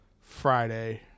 friday